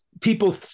people